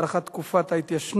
7) (הארכת תקופת ההתיישנות),